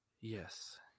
Yes